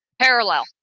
Parallel